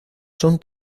son